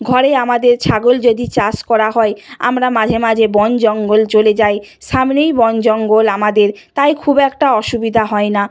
ঘরে আমাদের ছাগল যদি চাষ করা হয় আমরা মাঝে মাঝে বন জঙ্গল চলে যাই সামনেই বন জঙ্গল আমাদের তাই খুব একটা অসুবিধা হয় না